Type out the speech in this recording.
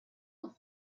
all